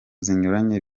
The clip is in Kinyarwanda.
zinyuranye